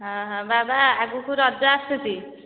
ବାବା ଆଗକୁ ରଜ ଆସୁଛି